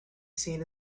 seen